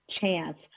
chance